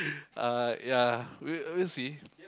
uh ya we we'll see